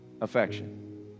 affection